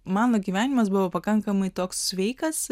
mano gyvenimas buvo pakankamai toks sveikas